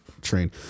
train